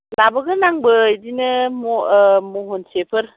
लाबोगोन आंबो बिदिनो महनसेफोर